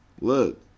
look